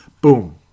Boom